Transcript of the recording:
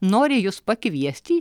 noriu jus pakviest į